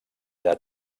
del